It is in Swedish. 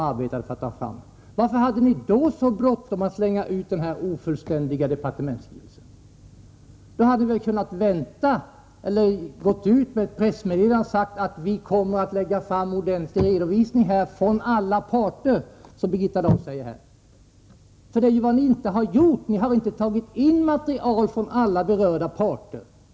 Varför var det då så bråttom att komma ut med den aktuella ofullständiga departementsskrivelsen? Ni hade väl kunnat vänta, eller också hade ni kunnat gå ut med ett pressmeddelande där ni sade att ni skulle ge en ordentlig redovisning ”från alla parter”, som Birgitta Dahl här säger. Men det är vad ni inte har gjort. Ni har inte hämtat in material från alla berörda parter.